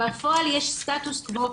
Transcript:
בפועל יש סטטוס קוו,